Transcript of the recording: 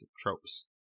tropes